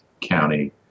county